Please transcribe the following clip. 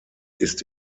ist